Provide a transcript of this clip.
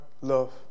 love